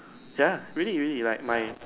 ya really really like my